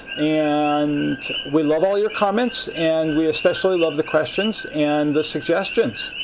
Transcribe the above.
and we love all your comments, and we especially love the questions and the suggestions.